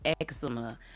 eczema